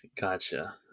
Gotcha